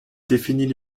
définit